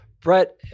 Brett